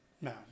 no